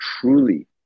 truly